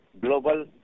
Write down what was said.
Global